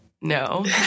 no